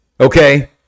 okay